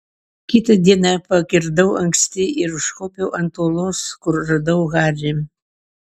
kitą dieną pakirdau anksti ir užkopiau ant uolos kur radau harį